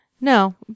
No